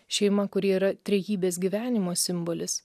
šeima kuri yra trejybės gyvenimo simbolis